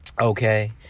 okay